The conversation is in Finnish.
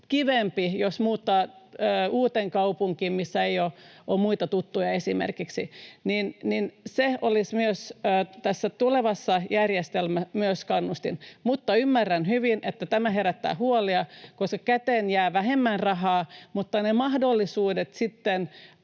kivempi, jos muuttaa uuteen kaupunkiin, missä ei ole esimerkiksi muita tuttuja. Se olisi tässä tulevassa järjestelmässä myös kannustin. Mutta ymmärrän hyvin, että tämä herättää huolia, koska käteen jää vähemmän rahaa, mutta ne mahdollisuudet sitten